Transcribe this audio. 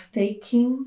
taking